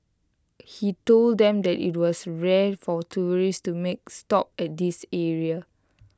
he told them that IT was rare for tourists to make stop at this area